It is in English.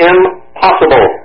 Impossible